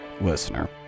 listener